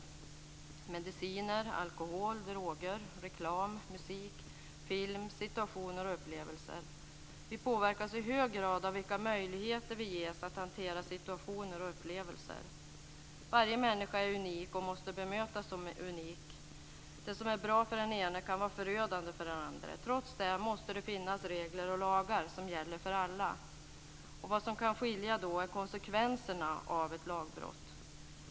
Det påverkas också av mediciner, alkohol, droger, reklam, musik, film, situationer och upplevelser. Vi påverkas i hög grad av vilka möjligheter vi ges att hantera situationer och upplevelser. Varje människa är unik och måste bemötas som unik. Det som är bra för den ene kan vara förödande för den andre. Trots det måste det finnas regler och lagar som gäller för alla. Vad som kan skilja är konsekvenserna av ett lagbrott.